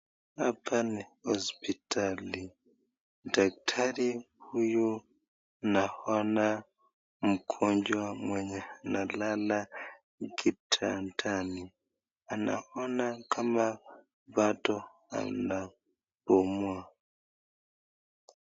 Hapa ni hosiptali, daktari huyu anaona mgonjwa analala kitandani, anaona kama bado anapumua.